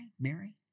Mary